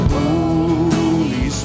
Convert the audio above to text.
Holy